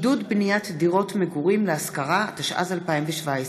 (עידוד בניית דירות מגורים להשכרה), התשע"ז 2017,